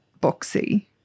Boxy